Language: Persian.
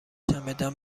چمدان